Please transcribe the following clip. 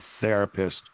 therapist